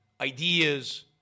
ideas